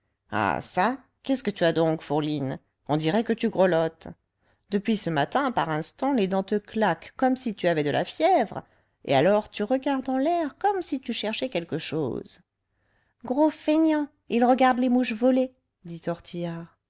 ah çà qu'est-ce que tu as donc fourline on dirait que tu grelottes depuis ce matin par instants les dents te claquent comme si tu avais la fièvre et alors tu regardes en l'air comme si tu cherchais quelque chose gros feignant il regarde les mouches voler dit